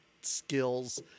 skills